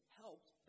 helped